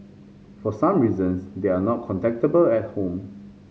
for some reasons they are not contactable at home